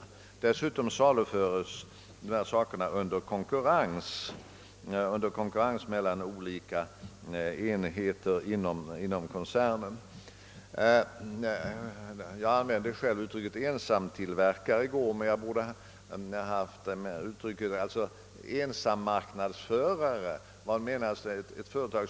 Och dessutom saluförs produkterna under konkurrens mellan olika enheter inom koncernen. Jag använde i går uttrycket »ensamtillverkare» men borde i stället ha sagt »ensammarknadsförare», varmed menas ett företag